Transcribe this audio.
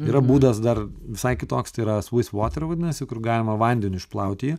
yra būdas dar visai kitoks tai svis vater vadinasi kur galima vandeniu išplauti jį